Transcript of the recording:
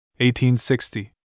1860